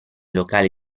locale